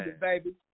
baby